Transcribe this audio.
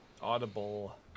Audible